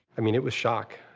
i mean, it was shock.